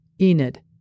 Enid